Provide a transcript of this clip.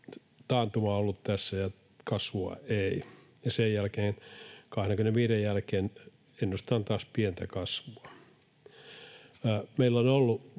taantuma ollut tässä ja kasvua ei. Sen jälkeen, 25:n jälkeen, ennustetaan taas pientä kasvua. Meillä on ollut